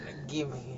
ada game lagi